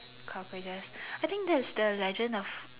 cockroaches I think that's the legend of